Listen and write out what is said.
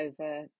over